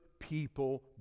People